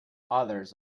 others